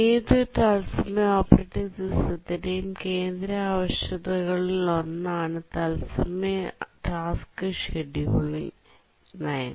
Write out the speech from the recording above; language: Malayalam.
ഏതൊരു തത്സമയ ഓപ്പറേറ്റിംഗ് സിസ്റ്റത്തിന്റെയും കേന്ദ്ര ആവശ്യകതകളിലൊന്നാണ് തത്സമയ ടാസ്ക് ഷെഡ്യൂളിംഗ് നയം